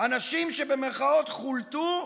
אנשים ש"חול"תו",